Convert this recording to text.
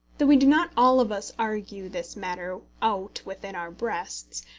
though we do not all of us argue this matter out within our breasts,